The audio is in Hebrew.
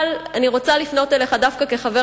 אבל אני רוצה לפנות אליך דווקא כחבר